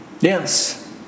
Yes